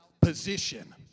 position